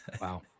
Wow